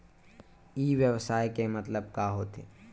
ई व्यवसाय के मतलब का होथे?